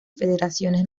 federaciones